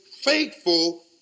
faithful